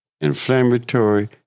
inflammatory